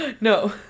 No